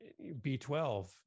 B12